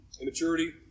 immaturity